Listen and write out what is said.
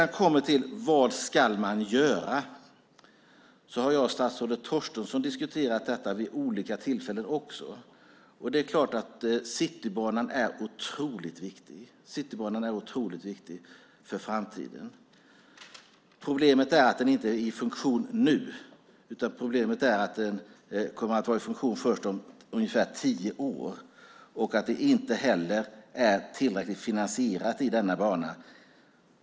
Vad ska man då göra? Detta har statsrådet Torstensson och jag diskuterat vid olika tillfällen. Det är klart att Citybanan är otroligt viktig för framtiden. Problemet är att den inte är i funktion nu utan kommer att vara det först om ungefär tio år. Problemet är också att denna bana inte är tillräckligt finansierad.